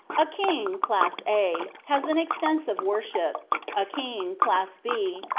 a king, class a, has an extensive worship a king, class b,